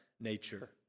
nature